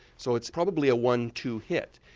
so it's probably a one two hit.